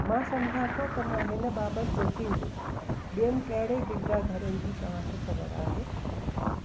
मां समुझा थो त मां हिन बाबति सोचींदुसि ॿियनि कहिड़े गिरिजा घरनि जी तव्हांखे ख़बर आहे